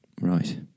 Right